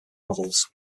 models